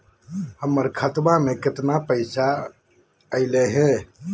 हमर खतवा में कितना पैसवा अगले हई?